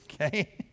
Okay